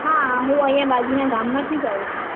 હા હું અહીંયા બાજુના ગામમાંથી જ આવું છું